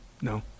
No